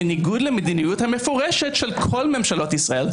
בניגוד למדיניות המפורשת של כל ממשלות ישראל.